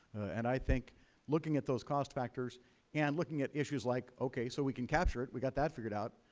and i think looking at those cost factors and looking at issues like, okay, so we can capture it. we have got that figured out.